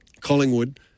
Collingwood